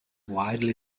widely